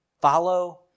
Follow